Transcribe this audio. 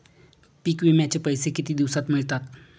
पीक विम्याचे पैसे किती दिवसात मिळतात?